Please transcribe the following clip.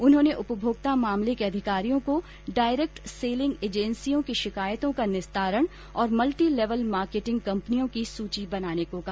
उन्होंने उपभोक्ता मामले विभाग के अधिकारियों को डायरेक्ट सेलिंग एजेन्सियों की शिकायतों का निस्तारण और मल्टीलेवल मार्केटिंग कम्पनियों की सूची बनाने को कहा